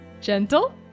Gentle